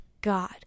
God